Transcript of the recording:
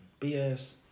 BS